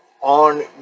on